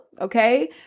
Okay